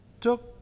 took